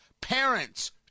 Parents